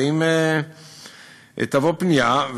ואם תבוא פנייה,